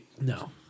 No